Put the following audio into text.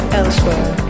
elsewhere